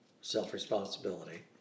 self-responsibility